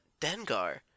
Dengar